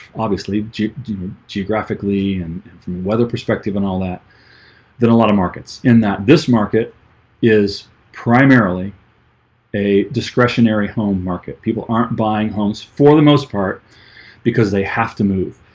obviously geographically and from weather perspective and all that then a lot of markets in that this market is primarily a discretionary home market people aren't buying homes for the most part because they have to move